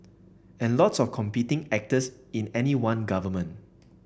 and lots of competing actors in any one government